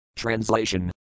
Translation